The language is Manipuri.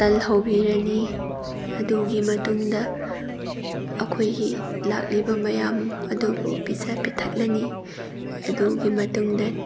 ꯇꯜ ꯍꯧꯕꯤꯔꯅꯤ ꯑꯗꯨꯒꯤ ꯃꯇꯨꯡꯗ ꯑꯩꯈꯣꯏꯒꯤ ꯂꯥꯛꯂꯤꯕ ꯃꯌꯥꯝ ꯑꯗꯨꯕꯨ ꯄꯤꯖ ꯄꯤꯊꯛꯂꯅꯤ ꯑꯗꯨꯒꯤ ꯃꯇꯨꯡꯗ